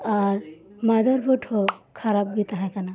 ᱟᱨ ᱢᱟᱫᱟᱨ ᱵᱳᱨᱰ ᱦᱚᱸ ᱠᱷᱟᱨᱟᱯᱜᱤ ᱛᱟᱦᱮᱸ ᱠᱟᱱᱟ